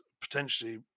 potentially